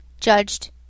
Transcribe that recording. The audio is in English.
judged